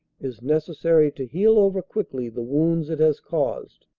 is necessary to heal over quickly the wounds it has caused.